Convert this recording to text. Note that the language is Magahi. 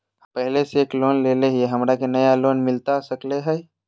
हमे पहले से एक लोन लेले हियई, हमरा के नया लोन मिलता सकले हई?